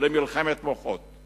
למלחמת מוחות.